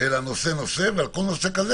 ובאמצע אותה משפחה מסכנה.